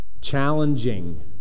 Challenging